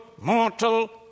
mortal